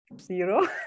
zero